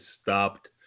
stopped